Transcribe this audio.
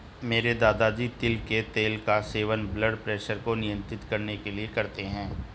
मेरे दादाजी तिल के तेल का सेवन ब्लड प्रेशर को नियंत्रित करने के लिए करते हैं